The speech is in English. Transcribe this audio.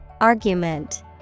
Argument